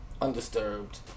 undisturbed